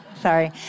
Sorry